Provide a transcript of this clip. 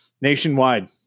nationwide